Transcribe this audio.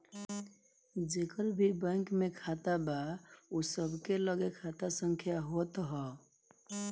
जेकर भी बैंक में खाता बा उ सबके लगे खाता संख्या होत हअ